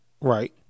Right